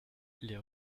les